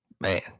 Man